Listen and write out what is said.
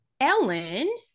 Ellen